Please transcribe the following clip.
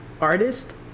artist